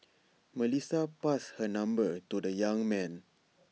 Melissa passed her number to the young man